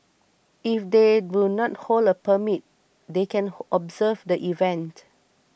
if they do not hold a permit they can observe the event